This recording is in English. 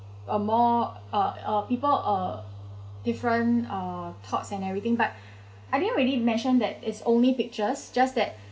a more uh uh people uh different uh thoughts and everything but I didn't really mention that is only pictures just that